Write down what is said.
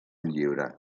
llibre